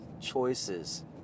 choices